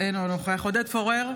אינו נוכח עודד פורר,